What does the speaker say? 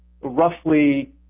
roughly